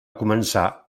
començar